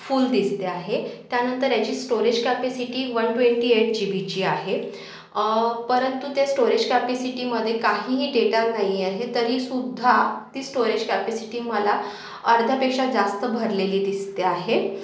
फुल दिसते आहे त्यानंतर याची storage capacity one twenty eight G बीची आहे परंतु ते स्टोरेज कॅपिसिटीमध्ये काहीही डेटा नाही आहे तरीसुद्धा ती स्टोरेज कॅपिसिटी मला अर्ध्यापेक्षा जास्त भरलेली दिसते आहे